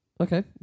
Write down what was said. Okay